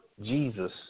Jesus